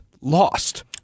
lost